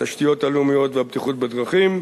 התשתיות הלאומיות והבטיחות בדרכים,